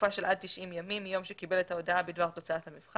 בתקופה של עד 90 ימים מיום שקיבל את ההודעה בדבר תוצאת המבחן.